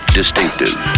distinctive